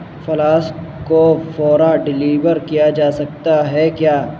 flask کو فوراً deliver کیا جا سکتا ہے کیا